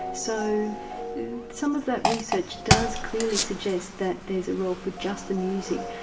so some of that research does clearly suggest that there's a role for just the music,